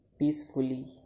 peacefully